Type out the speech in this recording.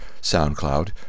SoundCloud